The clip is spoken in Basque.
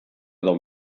edo